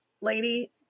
lady